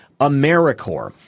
AmeriCorps